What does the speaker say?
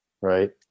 right